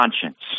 conscience—